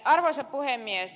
arvoisa puhemies